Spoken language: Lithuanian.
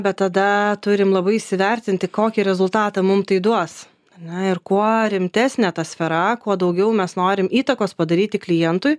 bet tada turim labai įsivertinti kokį rezultatą mum tai duos ar ne ir kuo rimtesnė ta sfera kuo daugiau mes norim įtakos padaryti klientui